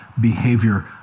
behavior